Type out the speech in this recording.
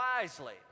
wisely